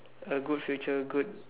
a good future good